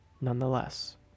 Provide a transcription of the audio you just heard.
nonetheless